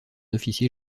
officier